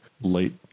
late